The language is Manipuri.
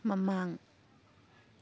ꯃꯃꯥꯡ